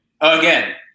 again